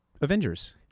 Avengers